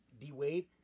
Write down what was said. D-Wade